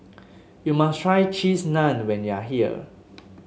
you must try Cheese Naan when you are here